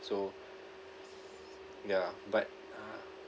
so ya but uh